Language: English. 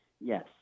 Yes